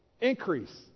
Increase